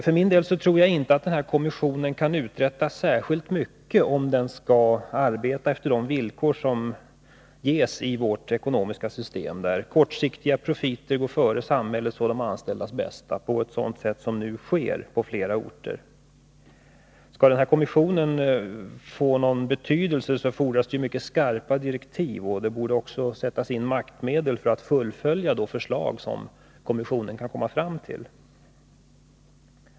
För min del tror jag inte att kommissionen kan uträtta särskilt mycket om den skall arbeta efter de villkor som ges i vårt ekonomiska system, där kortsiktiga profiter går före samhällets och de anställdas bästa på ett sätt som nu sker på flera orter. Skall kommissionen få någon betydelse fordras mycket skarpa direktiv, och maktmedel borde sättas in för att fullfölja de förslag som kommissionen kan komma fram till.